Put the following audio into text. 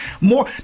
more